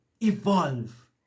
evolve